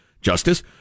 justice